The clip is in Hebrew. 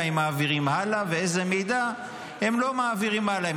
הם מעבירים הלאה ואיזה מידע הם לא מעבירים הלאה.